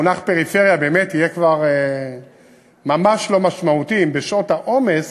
המונח פריפריה באמת יהיה כבר ממש לא משמעותי אם בשעות העומס,